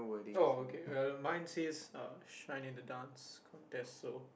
oh okay well mine says uh shine in the Dance Contest so